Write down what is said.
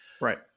Right